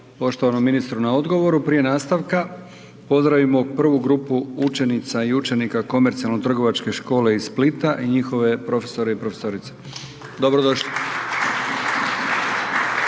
na ovoj raspravi. Prije nastavka pozdravljam drugu grupu učenica i učenika Komercijalno-trgovačke škole iz Splita i njihove profesorice i profesore. Dobrodošli